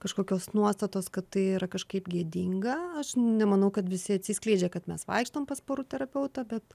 kažkokios nuostatos kad tai yra kažkaip gėdinga aš nemanau kad visi atsiskleidžia kad mes vaikštom pas porų terapeutą bet